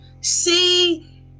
See